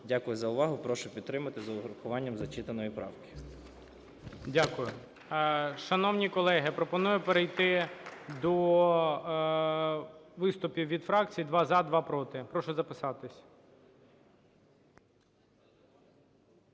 Дякую за увагу. Прошу підтримати з урахуванням зачитаної правки. ГОЛОВУЮЧИЙ. Дякую. Шановні колеги, пропоную перейти до виступів від фракцій: два – за, два – проти. Прошу записатися.